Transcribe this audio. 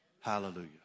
Hallelujah